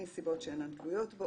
מסיבות שאינן תלויות בו,